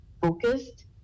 focused